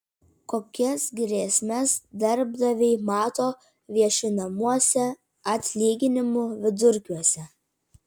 kokias grėsmes darbdaviai mato viešinamuose atlyginimų vidurkiuose